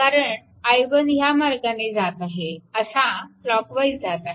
कारण i1 ह्या मार्गाने जात आहे असा क्लॉकवाईज जात आहे